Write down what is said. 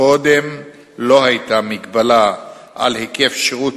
קודם לא היתה מגבלה על היקף שירות